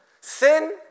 sin